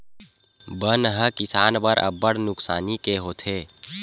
बन ह किसान बर अब्बड़ नुकसानी के होथे